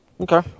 Okay